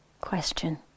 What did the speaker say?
question